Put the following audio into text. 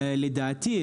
לדעתי,